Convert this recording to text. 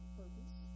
purpose